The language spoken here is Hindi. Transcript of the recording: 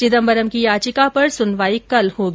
चिदंबरम की याचिका पर सुनवाई कल होगी